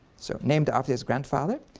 so named after his grandfather,